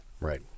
Right